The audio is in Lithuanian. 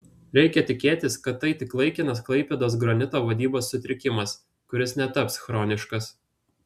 reikia tikėtis kad tai tik laikinas klaipėdos granito vadybos sutrikimas kuris netaps chroniškas